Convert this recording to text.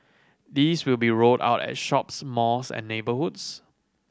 these will be rolled out at shops malls and neighbourhoods